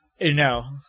No